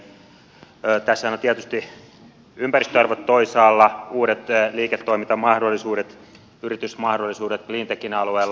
tässähän on tietysti ympäristöarvot toisaalla uudet liike toimintamahdollisuudet yritysmahdollisuudet cleantechin alueella